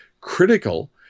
critical